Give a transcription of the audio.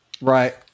Right